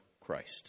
Christ